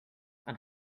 and